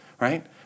right